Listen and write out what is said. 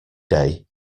day